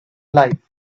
life